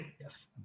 yes